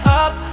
up